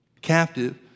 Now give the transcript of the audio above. captive